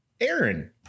Aaron